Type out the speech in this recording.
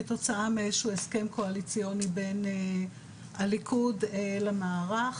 כתוצאה מאיזשהו הסכם קואליציוני בין הליכוד למערך.